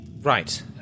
Right